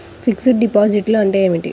Fixed డిపాజిట్లు అంటే ఏమిటి?